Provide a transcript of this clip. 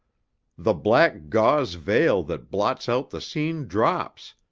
the black gauze veil that blots out the scene drops,